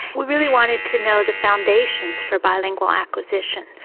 we really wanted to know the foundations for bilingual acquisition,